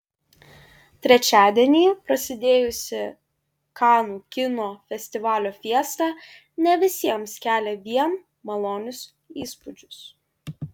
trečiadienį prasidėjusi kanų kino festivalio fiesta ne visiems kelia vien malonius įspūdžius